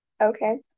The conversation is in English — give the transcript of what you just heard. Okay